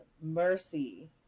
mercy